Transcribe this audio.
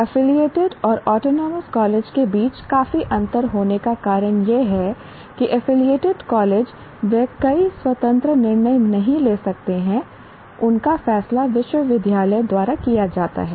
affiliated और autonomous college के बीच काफी अंतर होने का कारण यह है कि एफिलिएटेड कॉलेज वे कई स्वतंत्र निर्णय नहीं ले सकते हैं उनका फैसला विश्वविद्यालय द्वारा किया जाता है